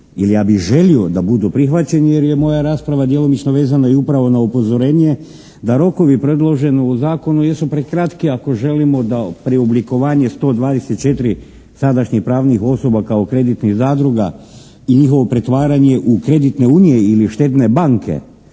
jer ja bi želio da budu prihvaćeni, jer je moja rasprava djelomično vezana i upravo na upozorenje da rokovi predloženi zakonu jesu prekratki ako želimo da preoblikovanje 124 sadašnjih pravnih osoba kao kreditnih zadruga i njihovo pretvaranje u kreditne unije ili štedne banke